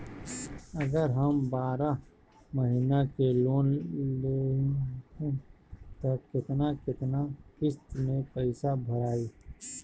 अगर हम बारह महिना के लोन लेहेम त केतना केतना किस्त मे पैसा भराई?